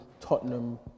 Tottenham